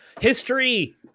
History